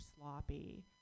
sloppy